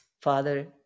Father